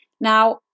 Now